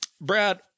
Brad